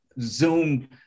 zoom